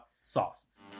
sauces